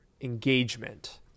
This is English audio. engagement